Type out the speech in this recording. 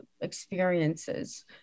experiences